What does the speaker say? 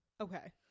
okay